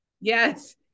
Yes